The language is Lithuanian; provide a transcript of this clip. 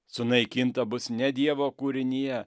sunaikinta bus ne dievo kūrinija